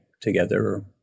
together